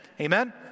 Amen